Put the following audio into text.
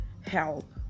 help